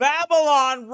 Babylon